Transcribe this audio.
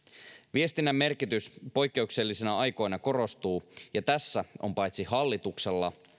viestinnän merkitys poikkeuksellisina aikoina korostuu ja tässä on paitsi hallituksella